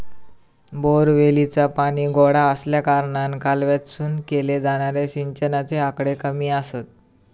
बोअरवेलीचा पाणी गोडा आसल्याकारणान कालव्यातसून केले जाणारे सिंचनाचे आकडे कमी आसत